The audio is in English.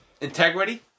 Integrity